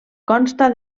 consta